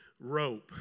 rope